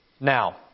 Now